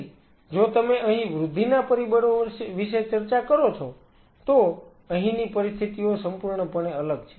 તેથી જો તમે અહીં વૃદ્ધિના પરિબળો વિશે ચર્ચા કરો છો તો અહીંની પરિસ્થિતિઓ સંપૂર્ણપણે અલગ છે